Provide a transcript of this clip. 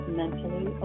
mentally